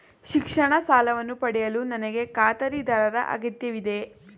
ಶಿಕ್ಷಣ ಸಾಲವನ್ನು ಪಡೆಯಲು ನನಗೆ ಖಾತರಿದಾರರ ಅಗತ್ಯವಿದೆಯೇ?